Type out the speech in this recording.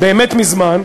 באמת מזמן,